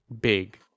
big